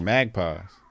Magpies